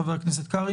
חבר הכנסת קרעי,